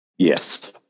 Yes